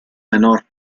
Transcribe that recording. menor